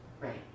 Right